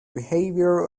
behavior